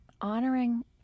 honoring